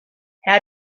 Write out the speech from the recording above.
how